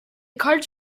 cards